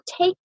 take